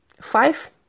five